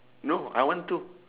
no I want two